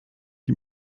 die